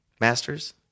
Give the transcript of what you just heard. Masters